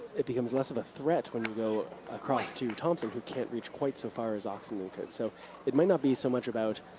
it becomes less of a threat when you go across to thompson who can't reach quite so far as oxenden could. so it might not be so much about,